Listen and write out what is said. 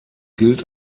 gilt